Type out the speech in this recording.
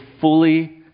fully